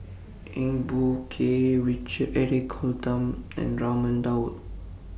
Eng Boh Kee Richard Eric Holttum and Raman Daud